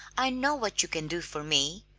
i know what you can do for me.